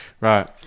right